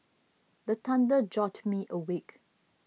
the thunder jolt me awake